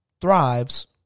thrives